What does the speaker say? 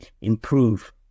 improve